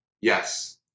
yes